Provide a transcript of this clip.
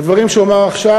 בדברים שהוא אמר עכשיו,